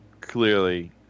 clearly